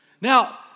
Now